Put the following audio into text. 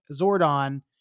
Zordon